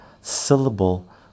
syllable